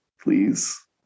please